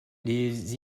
les